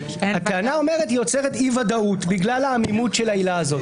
הטענה אומרת שהיא יוצרת אי ודאות בגלל העמימות של העילה הזאת.